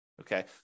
Okay